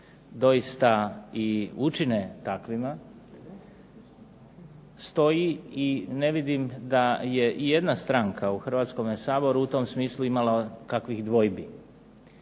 doista i učine takvima stoji i ne vidim da je i jedna stranka u Hrvatskome saboru u tome smislu imala kakvih dvojbi.